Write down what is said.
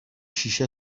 شیشه